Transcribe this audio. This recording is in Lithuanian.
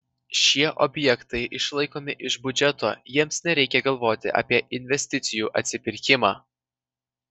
šie objektai išlaikomi iš biudžeto jiems nereikia galvoti apie investicijų atsipirkimą